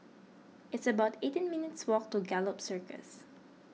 it's about eighteen minutes' walk to Gallop Circus